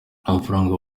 amafaranga